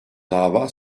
dava